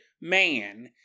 man